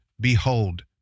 behold